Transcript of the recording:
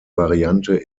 variante